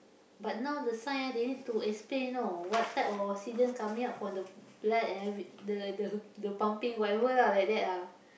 but now the science ah they need to explain you know what type of oxygen coming out from the blood and ev~ the the pumping whatever like that ah